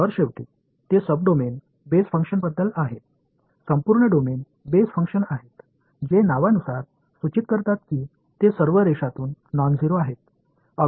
तर शेवटी ते सब डोमेन बेस फंक्शन बद्दल आहेत संपूर्ण डोमेन बेस फंक्शन्स आहेत जे नावानुसार सूचित करतात की ते सर्व रेषेतून नॉनझेरो आहेत